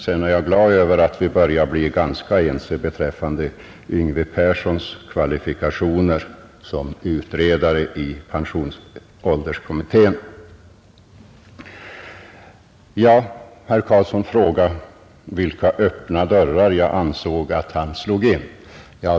Jag är glad över att vi börjar bli ganska ense om herr Yngve Perssons kvalifikationer som utredare i pensionsålderskommittén. Herr Carlsson i Vikmanshyttan frågade vilka öppna dörrar jag ansåg att han slog in.